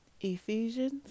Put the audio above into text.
Ephesians